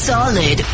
Solid